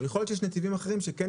אבל יכול להיות שיש נתיבים אחרים שכן